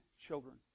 children